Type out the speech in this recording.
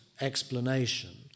explanation